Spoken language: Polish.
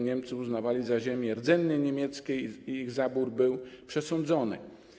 Niemcy uznawali za ziemie rdzennie niemieckie i ich zabór był przesądzony.